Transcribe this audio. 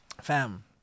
Fam